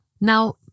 Now